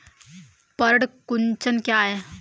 पर्ण कुंचन क्या है?